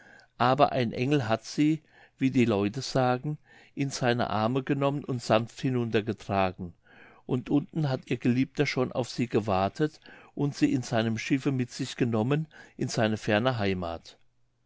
aber ein engel hat sie wie die leute sagen in seine arme genommen und sanft hinuntergetragen und unten hat ihr geliebter schon auf sie gewartet und sie in seinem schiffe mit sich genommen in seine ferne heimath